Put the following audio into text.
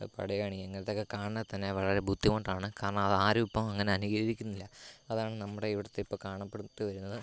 പടയണി ഇങ്ങനത്തെയൊക്കെ കാണണമെങ്കിൽ തന്നെ വളരെ ബുദ്ധിമുട്ടാണ് കാരണം ആരും ഇപ്പം അങ്ങനെ അനുകരിക്കുന്നില്ല അതാണ് നമ്മുടെ ഇവിടുത്തെ ഇപ്പം കാണപ്പെട്ടു വരുന്നത്